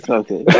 okay